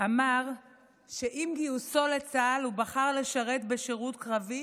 אמר שעם גיוסו לצה"ל הוא בחר לשרת בשירות קרבי